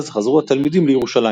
אז חזרו התלמידים לירושלים.